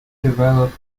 developed